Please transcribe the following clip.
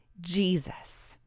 Jesus